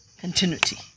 continuity